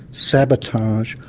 sabotage,